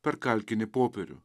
per kalkinį popierių